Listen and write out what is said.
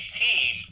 team